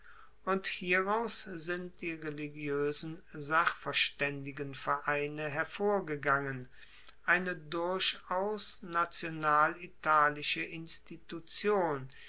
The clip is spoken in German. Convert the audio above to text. und hieraus sind die religioesen sachverstaendigenvereine hervorgegangen eine durchaus national italische institution